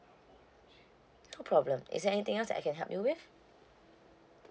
no problem is there anything else I can help you with